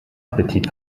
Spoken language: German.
appetit